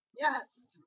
Yes